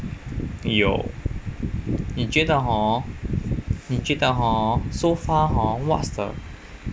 有你觉得 hor 你觉得 hor so far hor what's the